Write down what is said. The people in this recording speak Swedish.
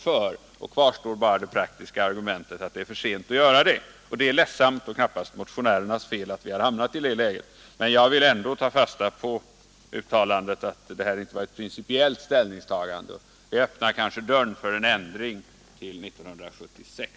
Kvar står bara det praktiska argumentet att det ”är för sent att göra det”, och det är ledsamt, men det är knappast motionärernas fel att vi har hamnat i det läget. Men jag vill ta fasta på uttalandet att detta inte var ett principiellt ställningstagande. Det öppnar kanske dörren för en ändring till 1976.